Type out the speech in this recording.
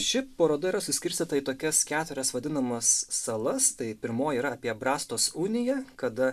ši paroda yra suskirstyta į tokias keturias vadinamas salas tai pirmoji yra apie brastos uniją kada